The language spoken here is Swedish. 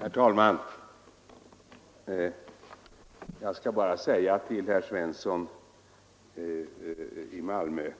Herr talman! Jag vill bara säga till herr Svensson i Malmö